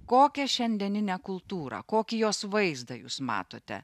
kokią šiandieninę kultūrą kokį jos vaizdą jūs matote